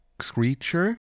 screecher